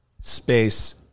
space